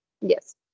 Yes